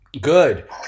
Good